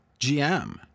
GM